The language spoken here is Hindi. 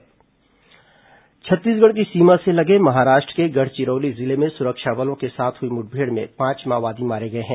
माओवादी समाचार छत्तीसगढ़ की सीमा से लगे महाराष्ट्र के गढ़चिरौली जिले में सुरक्षा बलों के साथ हुई मुठभेड़ में पांच माओवादी मारे गए हैं